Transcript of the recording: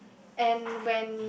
and when